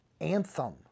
anthem